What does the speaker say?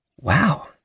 Wow